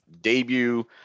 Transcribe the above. debut